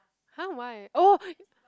!huh! why oh